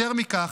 יותר מכך,